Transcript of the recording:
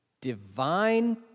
Divine